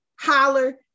holler